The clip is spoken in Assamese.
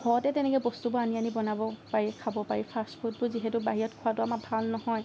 ঘৰতে তেনেকৈ বস্তুবোৰ আনি আনি বনাব পাৰি খাব পাৰি ফাষ্টফুডবোৰ যিহেতু বাহিৰত খোৱাটো আমাৰ ভাল নহয়